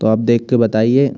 तो आप देख के बताइए